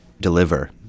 deliver